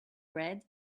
red